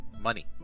money